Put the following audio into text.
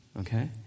Okay